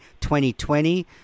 2020